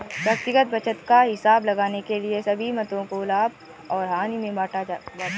व्यक्तिगत बचत का हिसाब लगाने के लिए सभी मदों को लाभ और हानि में बांटना होगा